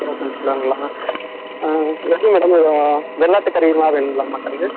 இருபத்தஞ்சு கிலோங்களா எப்படி மேடம் வெள்ளாட்டு கறி மாதிரி வேணுங்களா மட்டன்